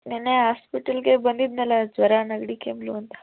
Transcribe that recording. ನಿನ್ನೆ ಆಸ್ಪೇಟಲ್ಗೆ ಬಂದಿದ್ದೆನಲ್ಲ ಜ್ವರ ನೆಗಡಿ ಕೆಮ್ಮು ಅಂತ